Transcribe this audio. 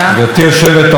אדוני השר השני,